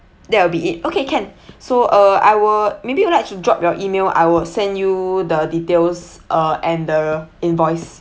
that will be it okay can so uh I will maybe you like to drop your email I will send you the details uh and the invoice